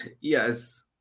Yes